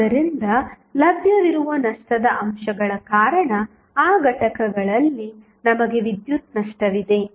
ಆದ್ದರಿಂದ ಲಭ್ಯವಿರುವ ನಷ್ಟದ ಅಂಶಗಳ ಕಾರಣ ಆ ಘಟಕಗಳಲ್ಲಿ ನಮಗೆ ವಿದ್ಯುತ್ ನಷ್ಟವಿದೆ